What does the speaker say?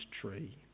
tree